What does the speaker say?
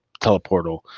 teleportal